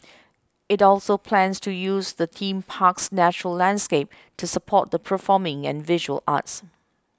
it also plans to use the theme park's natural landscape to support the performing and visual arts